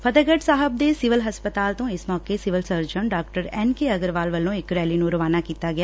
ਫਤਹਿਗੜ ਸਾਹਿਬ ਦੇ ਸਿਵਲ ਹਸਪਤਾਲ ਤੋਂ ਇਸ ਮੌਕੇ ਸਿਵਲ ਸਰਜਨ ਡਾ ਐਨ ਕੇ ਅਗਰਵਾਲ ਵੱਲੋਂ ਇਕ ਰੈਲੀ ਨੂੰ ਰਵਾਨਾ ਕੀਤਾ ਗਿਆ